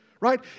right